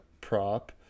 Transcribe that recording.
prop